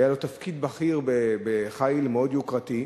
והיה לו תפקיד בכיר בחיל מאוד יוקרתי,